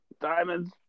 diamonds